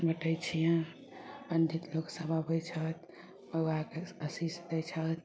बाँटय छियै पण्डित लोक सभ अबय छथि बउआके आशीष दै छथि